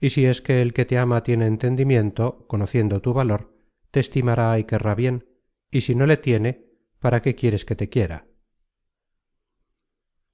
y si es que el que te ama tiene entendimiento conociendo tu valor te estimará y querrá bien y si no le tiene para qué quieres que te quiera